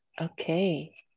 Okay